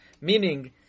Meaning